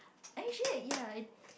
eh actually ya